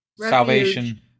Salvation